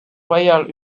royal